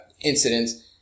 incidents